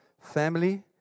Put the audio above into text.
family